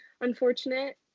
unfortunate